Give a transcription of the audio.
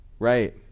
Right